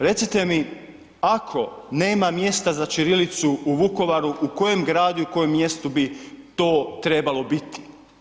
Recite mi ako nema mjesta za ćirilicu u Vukovaru u kojem gradu i kojem mjestu bi to trebalo biti?